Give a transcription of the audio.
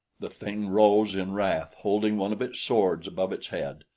the thing rose in wrath, holding one of its swords above its head.